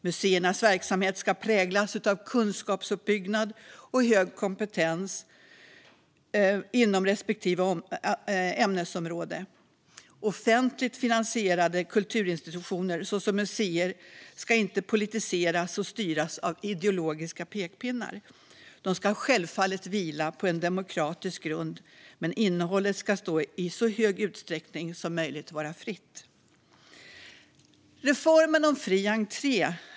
Museernas verksamhet ska präglas av kunskapsuppbyggnad och hög kompetens inom respektive ämnesområde. Offentligt finansierade kulturinstitutioner, såsom museer, ska inte politiseras och styras av ideologiska pekpinnar. De ska självfallet vila på en demokratisk grund, men innehållet ska i så hög utsträckning som möjligt vara fritt. Herr ålderspresident!